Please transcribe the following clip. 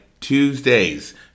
Tuesday's